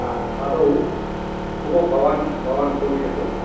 आम् आदौ भवान् भवान् उपविशतु